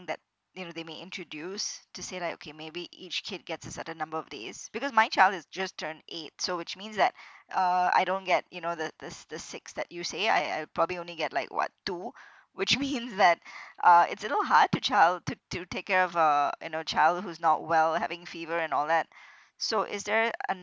that you know they may introduce to say like okay maybe each kid gets a certain number of days because my child has just turned eight so which means that uh I don't get you know the the s~ the six that you say I I probably only get like what two which means that uh it's a little hard to child to to take care of a you know child who's not well having fever and all that so is there